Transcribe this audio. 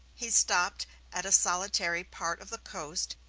he stopped at a solitary part of the coast,